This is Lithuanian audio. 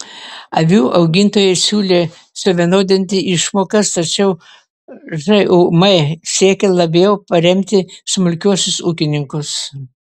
avių augintojai siūlė suvienodinti išmokas tačiau žūm siekė labiau paremti smulkiuosius ūkininkus